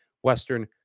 western